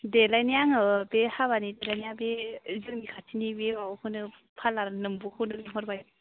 देलायनाया आङो बे हाबानि देलायनाया बे जोंनि खाथिनि बे माबाखौनो फार्लार नोमब'खौ लेंहरबाय